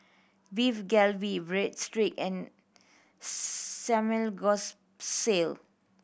Beef Galbi Breadsticks and Samgyeopsal